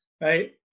right